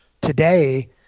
today